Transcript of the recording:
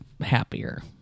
happier